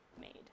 made